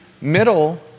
middle